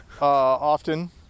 often